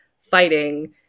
fighting